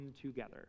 together